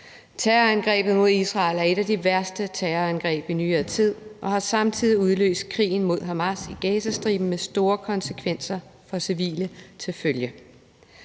Terrorangrebet mod Israel er et af de værste terrorangreb i nyere tid, og det har samtidig udløst krigen mod Hamas i Gazastriben med store konsekvenser for civile til følge.